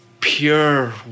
pure